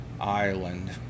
island